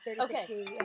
Okay